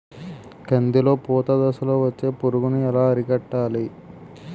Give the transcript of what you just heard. కందిలో పూత దశలో వచ్చే పురుగును ఎలా అరికట్టాలి?